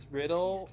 riddle